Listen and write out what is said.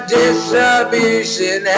distribution